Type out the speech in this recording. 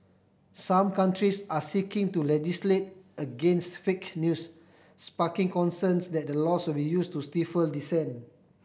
some countries are seeking to legislate against fake news sparking concerns that the laws will be used to stifle dissent